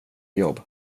jobb